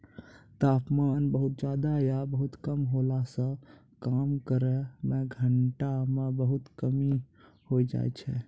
तापमान बहुत ज्यादा या बहुत कम होला सॅ काम करै के घंटा म बहुत कमी होय जाय छै